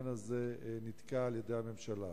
וזה נתקע על-ידי הממשלה.